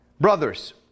Brothers